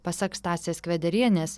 pasak stasės kvederienės